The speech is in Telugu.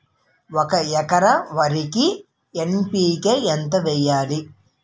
ఒక ఎకర వరికి ఎన్.పి.కే ఎంత వేయాలి?